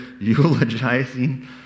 eulogizing